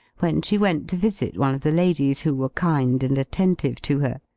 when she went to visit one of the ladies who were kind and attentive to her.